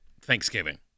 Thanksgiving